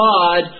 God